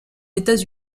états